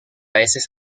veces